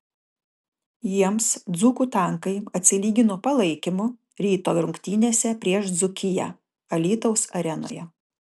jiems dzūkų tankai atsilygino palaikymu ryto rungtynėse prieš dzūkiją alytaus arenoje